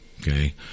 Okay